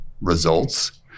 results